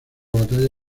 batalla